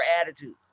attitude